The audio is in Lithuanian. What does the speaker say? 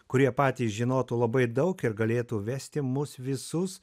kurie patys žinotų labai daug ir galėtų vesti mus visus